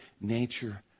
nature